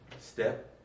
step